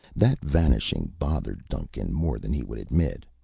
that vanishing bothered duncan more than he would admit.